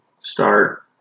start